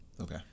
Okay